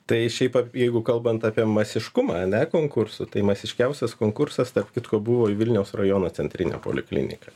tai šiaip jeigu kalbant apie masiškumą ane konkursų tai masiškiausias konkursas tarp kitko buvo vilniaus rajono centrinė poliklinika